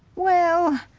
well.